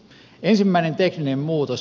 ensimmäinen tekninen muutos